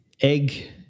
egg